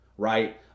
right